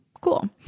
Cool